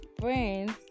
friends